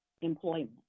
employment